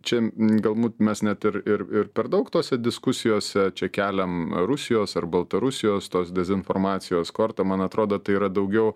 čia galbūt mes net ir ir ir per daug tose diskusijose čia keliam rusijos ar baltarusijos tos dezinformacijos kortą man atrodo tai yra daugiau